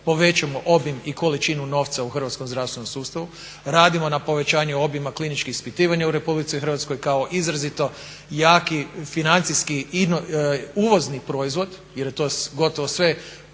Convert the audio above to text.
hrvatskom zdravstvenom sustavu, radimo na povećanju obima kliničkih ispitivanja u Republici Hrvatskoj kao izrazito jaki financijski uvozni proizvod jer je to gotovo sve